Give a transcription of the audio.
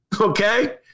Okay